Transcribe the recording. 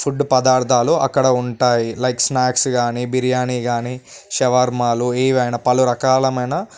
food పదార్థాలు అక్కడ ఉంటాయి లైక్ స్నాక్స్ కానీ బిర్యానీ కానీ షవర్మాలు ఇలా పలు రకాలమైన